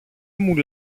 μου